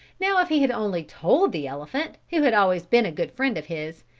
now if he had only told the elephant, who had always been a good friend of his,